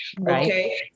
Okay